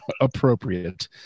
Appropriate